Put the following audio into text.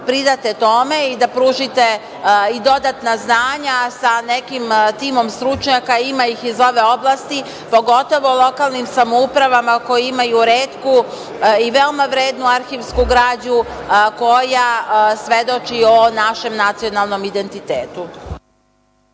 pridate tome i da pružite i dodatna znanja, sa nekim timom stručnjaka, ima ih iz ove oblasti, pogotovo lokalnim samoupravama koje imaju retku i veoma vrednu arhivsku građu koja svedoči o našem nacionalnom identitetu.